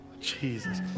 Jesus